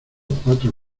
cuatro